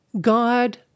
God